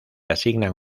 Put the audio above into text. asignan